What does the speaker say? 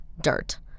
dirt